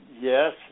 Yes